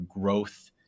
growth